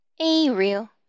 A-Real